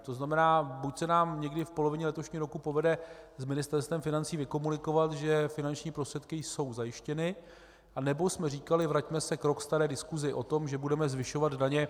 To znamená, buď se nám někdy v polovině letošního roku povede s Ministerstvem financí vykomunikovat, že finanční prostředky jsou zajištěny, anebo jsme říkali, vraťme se k rok staré diskusi o tom, že budeme zvyšovat daně.